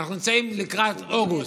אנחנו נמצאים לקראת אוגוסט,